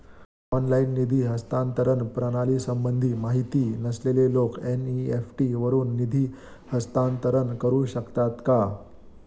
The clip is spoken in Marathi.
ऑनलाइन निधी हस्तांतरण प्रणालीसंबंधी माहिती नसलेले लोक एन.इ.एफ.टी वरून निधी हस्तांतरण करू शकतात का?